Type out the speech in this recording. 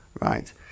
right